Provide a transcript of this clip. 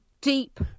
deep